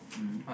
mm